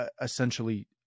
essentially